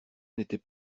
n’était